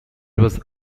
was